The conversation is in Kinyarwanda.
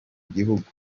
gihugu